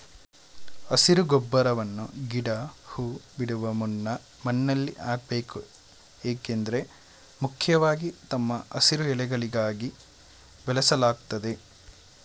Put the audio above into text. ಹಸಿರು ಗೊಬ್ಬರವನ್ನ ಗಿಡ ಹೂ ಬಿಡುವ ಮುನ್ನ ಮಣ್ಣಲ್ಲಿ ಹಾಕ್ಬೇಕು ಏಕೆಂದ್ರೆ ಮುಖ್ಯವಾಗಿ ತಮ್ಮ ಹಸಿರು ಎಲೆಗಳಿಗಾಗಿ ಬೆಳೆಸಲಾಗ್ತದೆ